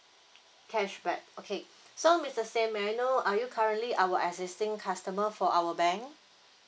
cashback okay so mister sam may I know are you currently our existing customer for our bank